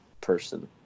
person